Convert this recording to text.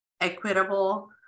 equitable